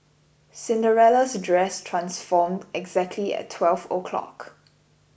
Cinderella's dress transformed exactly at twelve o'clock